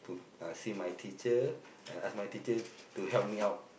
to uh see my teacher and ask my teacher to help me out